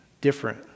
Different